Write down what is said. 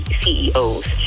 CEOs